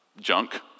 junk